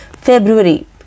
February